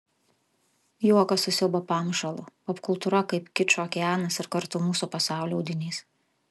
juokas su siaubo pamušalu popkultūra kaip kičo okeanas ir kartu mūsų pasaulio audinys